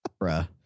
Bruh